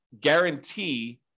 guarantee